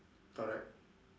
correct